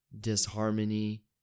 disharmony